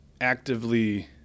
actively